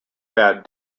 bad